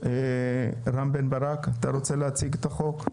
התשפ"ב 2022. רם בן ברק, אתה רוצה להציג את החוק?